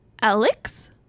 Alex